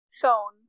shown